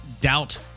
doubt